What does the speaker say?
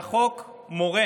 והחוק מורה